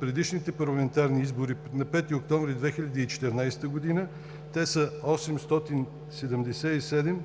предишните парламентарни избори на 5 октомври 2014 година те са 877,